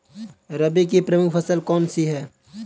रबी की प्रमुख फसल कौन सी है?